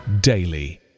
daily